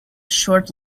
short